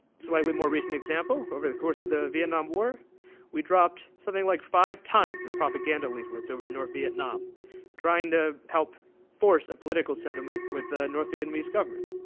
slightly more recent example over the course of the vietnam war we dropped something like five tons of propaganda leaflets over north vietnam trying to help force a political settlement with the north vietnamese government.